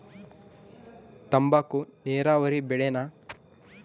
ತಂಬಾಕು ನೇರಾವರಿ ಬೆಳೆನಾ?